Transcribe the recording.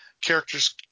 characters